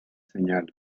señalan